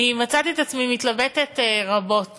אני מצאתי את עצמי מתלבטת רבות